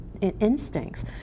instincts